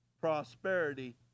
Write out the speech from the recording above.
prosperity